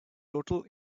total